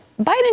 Biden